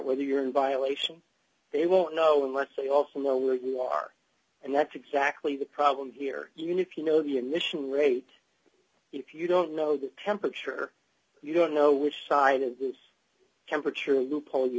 whether you're in violation they won't know unless they also know where you are and that's exactly the problem here you know if you know the emission rate if you don't know the temperature you don't know which side of this temperature loophole you